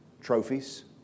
Trophies